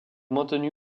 maintenu